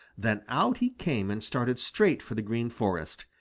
then out he came and started straight for the green forest.